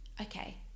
okay